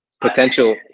potential